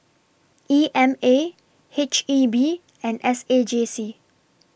E M A H E B and S A J C